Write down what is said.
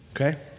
okay